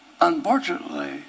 Unfortunately